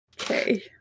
Okay